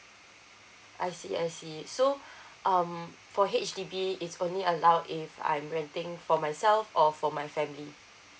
I see I see so um for H_D_B it's only allow if I'm renting for myself or for my family